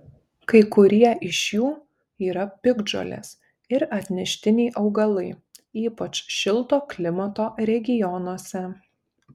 kai kurie iš jų yra piktžolės ir atneštiniai augalai ypač šilto klimato regionuose